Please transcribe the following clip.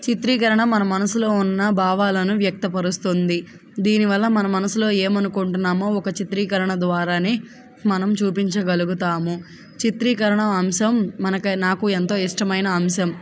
చిత్రీకరణ మన మనసులో ఉన్న భావాలను వ్యక్తపరుస్తుంది దీనివల్ల మన మనసులో ఏమి అనుకుంటున్నామో ఒక చిత్రీకరణ ద్వారా మనం చూపించగలుగుతాము చిత్రీకరణ అంశం మనకు నాకు ఎంతో ఇష్టమైన అంశం